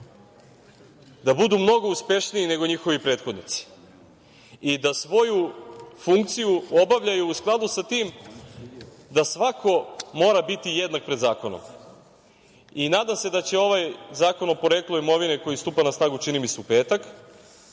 da budu mnogo uspešniji nego njihovi prethodnici i da svoju funkciju obavljaju u skladu sa tim da svako mora biti jednak pred zakonom. Nadam se da će ovaj Zakon o poreklu imovine, koji stupa na snagu, čini mi se, u petak,